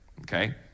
Okay